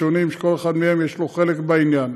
שלכל אחד מהם יש חלק בעניין.